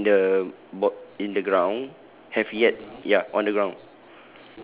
placing in the bot~ in the ground have yet ya on the ground